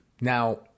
Now